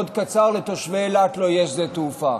קצר לתושבי אילת לא יהיה שדה תעופה.